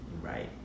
right